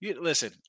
Listen